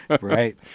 Right